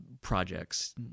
projects